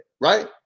right